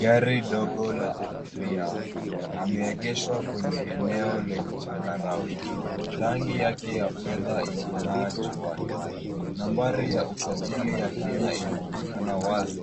Gari dogo la abiria limeegeshwa kwenye eneo lenye changarawe. Rangi yake ya fedha inang'aa juani. Nambari ya usajili ya kenya inaonekana wazi